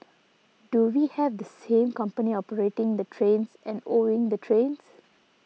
do we have the same company operating the trains and owning the trains